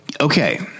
Okay